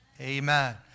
Amen